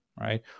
right